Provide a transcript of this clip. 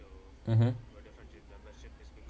mmhmm